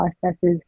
processes